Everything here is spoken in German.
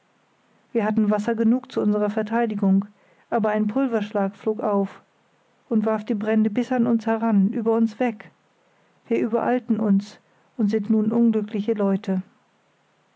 wir hatten wasser genug zu unserer verteidigung aber ein pulverschlag flog auf und warf die brände bis an uns heran über uns weg wir übereilten uns und sind nun unglückliche leute